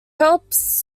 helps